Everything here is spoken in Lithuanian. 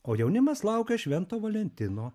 o jaunimas laukia švento valentino